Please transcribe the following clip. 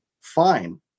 fine